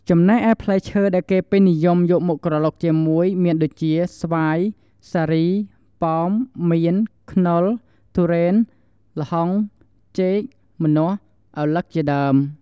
ចំណែកឯផ្លែឈើដែលគេពេញនិយម យកមកក្រឡុកជាមួយមានដូចជា ស្វាយ សារី ប៉ោម មៀន ខ្នុរ ទុរេន ល្ហុង ចេក ម្នាស់ ឪឡឹក ជាដើម។